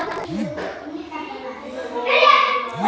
plastic సంచీలు ఈ దినమొచ్చినా గోతాలు పాత కాలంనుంచే వుండాయి